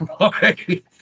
Okay